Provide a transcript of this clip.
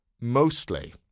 mostly